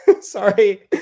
Sorry